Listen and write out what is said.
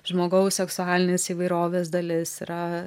žmogaus seksualinės įvairovės dalis yra